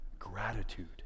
gratitude